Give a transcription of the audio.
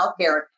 healthcare